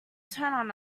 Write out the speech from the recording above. turn